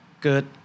good